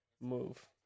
move